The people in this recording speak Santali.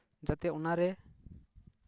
ᱚᱱᱟᱨᱮ